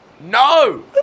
No